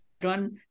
one